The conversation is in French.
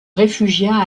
réfugia